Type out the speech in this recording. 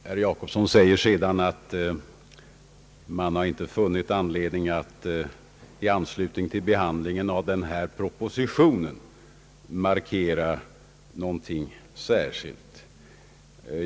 Herr Jacobsson säger sedan att man inte funnit anledning att i anslutning till behandlingen av denna proposition markera någon särskild ståndpunkt.